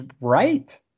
right